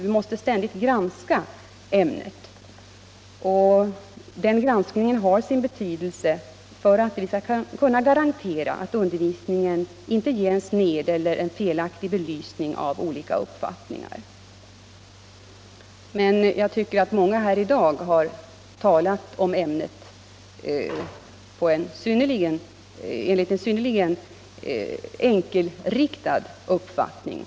Vi måste ständigt granska ämnet, och den granskningen har sin betydelse för våra möjligheter att garantera att undervisningen inte ger en sned eller felaktig belysning av olika uppfattningar. Men jag tycker att många i dag har talat om ämnet enligt en synnerligen enkelriktad uppfattning.